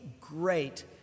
great